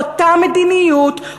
אותה מדיניות,